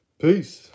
Peace